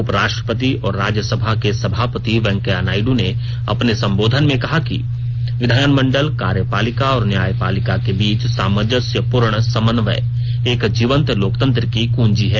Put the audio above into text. उपराष्ट्रपति और राज्यसभा के सभापति वेंकैया नायडू ने अपने संबोधन में कहा कि विधानमंडल कार्यपालिका और न्यायपालिका के बीच सामंजस्यपूर्ण समन्वय एक जीवंत लोकतंत्र की कृंजी है